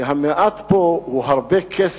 כי המעט פה הוא הרבה כסף.